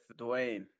Dwayne